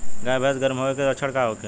गाय भैंस गर्म होय के लक्षण का होखे?